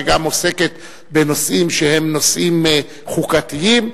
שגם עוסקת בנושאים שהם נושאים חוקתיים.